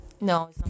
No